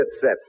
set